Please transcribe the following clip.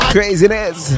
Craziness